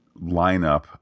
lineup